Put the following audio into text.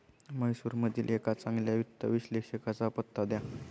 म्हैसूरमधील एका चांगल्या वित्त विश्लेषकाचा पत्ता द्या